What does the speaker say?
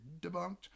debunked